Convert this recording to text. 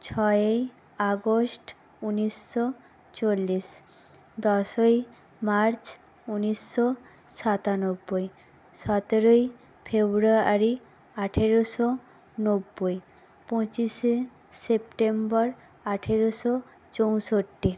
ছয়ই আগস্ট উনিশশো চল্লিশ দশই মার্চ উনিশশো সাতানব্বই সতেরোই ফেব্রুয়ারি আঠেরোশো নব্বই পঁচিশে সেপ্টেম্বর আঠেরোশো চৌষট্টি